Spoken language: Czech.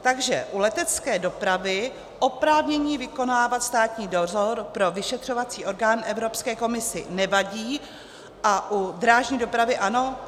Takže u letecké dopravy oprávnění vykonávat státní dozor pro vyšetřovací orgán Evropské komisi nevadí a u drážní dopravy ano?